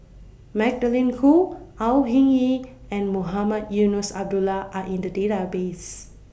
Magdalene Khoo Au Hing Yee and Mohamed Eunos Abdullah Are in The Database